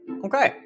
okay